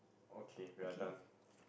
okay we are done